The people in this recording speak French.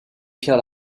pearl